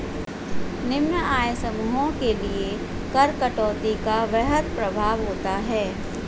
निम्न आय समूहों के लिए कर कटौती का वृहद प्रभाव होता है